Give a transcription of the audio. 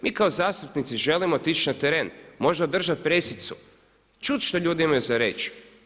Mi kao zastupnici želimo otići na teren, možda održati presicu, čuti što ljudi imaju za reći.